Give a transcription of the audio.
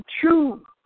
true